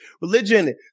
religion